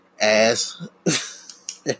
ass